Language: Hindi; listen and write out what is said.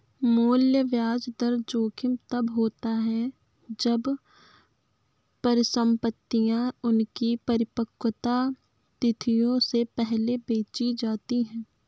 मूल्य ब्याज दर जोखिम तब होता है जब परिसंपतियाँ उनकी परिपक्वता तिथियों से पहले बेची जाती है